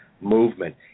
movement